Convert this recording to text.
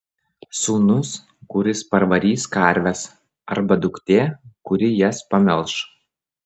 sūnus kuris parvarys karves arba duktė kuri jas pamelš